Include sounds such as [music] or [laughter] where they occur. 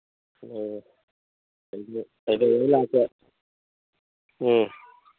ꯎꯝ [unintelligible] ꯎꯝ